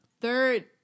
Third